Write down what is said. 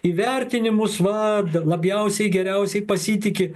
į vertinimus va d labjausiai geriausiai pasitiki